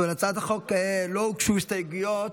להצעת החוק לא הוגשו הסתייגויות,